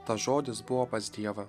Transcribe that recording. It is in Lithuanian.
tas žodis buvo pas dievą